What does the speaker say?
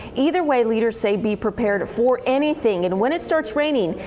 either way, leaders say be prepared for anything. and when it starts raining,